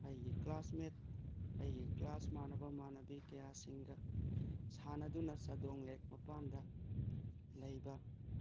ꯑꯩꯒꯤ ꯀ꯭ꯂꯥꯁꯃꯦꯠ ꯑꯩꯒꯤ ꯀ꯭ꯂꯥꯁ ꯃꯥꯟꯅꯕ ꯃꯥꯟꯅꯕꯤ ꯀꯌꯥꯁꯤꯡꯒ ꯁꯥꯟꯅꯗꯨꯅ ꯆꯥꯗꯣꯡ ꯂꯦꯛ ꯃꯄꯥꯟꯗ ꯂꯩꯕ